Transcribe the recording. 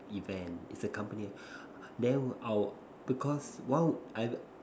event is a company then we our because while I've